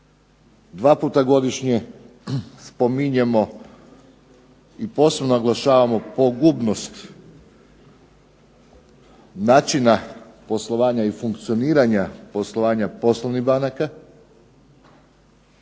Dva puta godišnje spominjemo i posebno naglašavamo pogubnost načina poslovanja i funkcioniranja poslovanja poslovnih banaka.